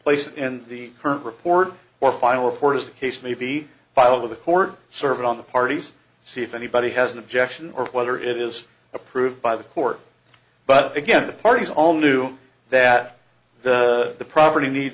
place in the current report or final report as the case may be filed with the court served on the parties see if anybody has an objection or whether it is approved by the court but again the parties all knew that the property need